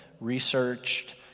researched